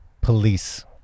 police